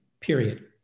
period